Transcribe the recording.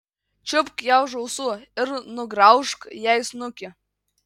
čiupk ją už ausų ir nugraužk jai snukį